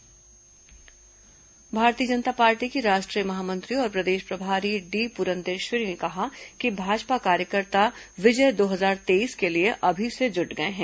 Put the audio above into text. भाजपा बैठक भारतीय जनता पार्टी की राष्ट्रीय महामंत्री और प्रदेश प्रभारी डी पुरंदेश्वरी ने कहा है कि भाजपा कार्यकर्ता विजय दो हजार तेईस के लिए अभी से जुट गए हैं